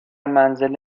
منزل